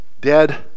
dead